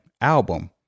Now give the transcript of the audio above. album